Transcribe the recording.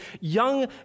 young